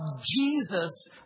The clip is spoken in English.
Jesus